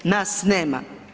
Nas nema.